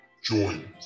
Join